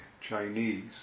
Chinese